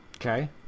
Okay